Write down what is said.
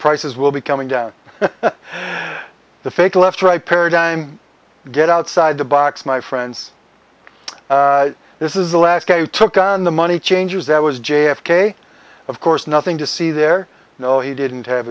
prices will be coming down the fake left right paradigm get outside the box my friends this is the last guy who took on the money changers that was j f k of course nothing to see there no he didn't have